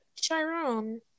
Chiron